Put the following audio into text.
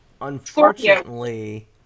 Unfortunately